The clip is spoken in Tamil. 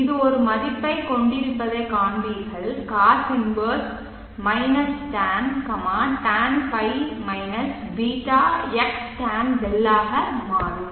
இது ஒரு மதிப்பைக் கொண்டிருப்பதைக் காண்பீர்கள் Cos 1 tan tan ϕ ß x tan 𝛿 ஆக மாறும்